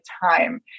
time